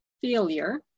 failure